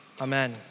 Amen